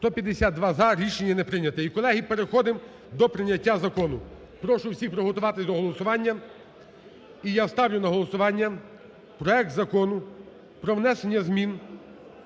За-152 Рішення не прийняте. І, колеги, переходимо до прийняття закону. Прошу всіх приготуватися до голосування. І я ставлю на голосування проект Закону про внесення змін